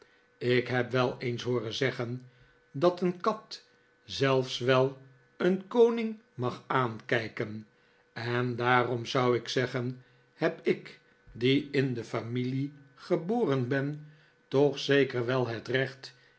ik heb wel eens hooren zeggen dat een kat zelfs wel een koning mag aankijken en daarom zou ik zeggen heb ik die in de familie geboren ben toch zeker wel het recht